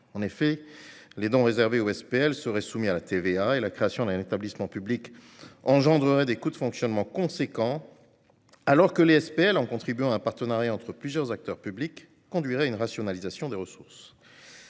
: les dons destinés aux SPL seraient soumis à la TVA et la création d'un établissement public engendrerait des coûts de fonctionnement importants. À l'inverse, les SPL, en contribuant à un partenariat entre plusieurs acteurs publics, conduiraient à une rationalisation des ressources.